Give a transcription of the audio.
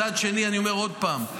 מצד שני, אני אומר עוד פעם: